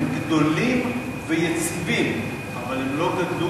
הם גדולים ויציבים אבל הם לא גדלו,